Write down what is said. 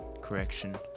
Correction